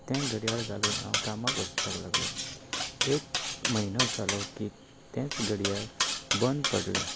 तें घडयाळ घालून हांव कामाक वचपाक लागलों एक म्हयनो जालो की तेंच घडयाळ बंद पडलें